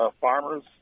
farmers